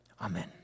Amen